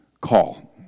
call